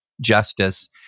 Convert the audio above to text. justice